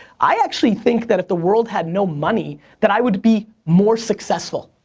i actually think that if the world had no money that i would be more successful.